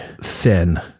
thin